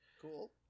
Cool